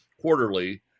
quarterly